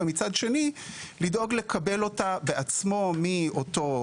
ומצד שני ידאג לקבל אותה בעצמו מאותו